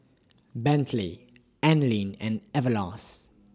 Bentley Anlene and Everlast